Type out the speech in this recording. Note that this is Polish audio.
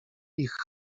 ich